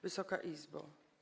Wysoka Izbo!